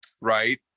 right